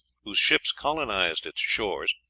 whose ships colonized its shores,